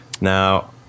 now